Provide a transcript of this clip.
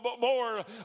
more